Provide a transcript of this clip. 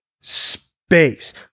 Space